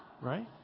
Right